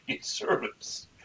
service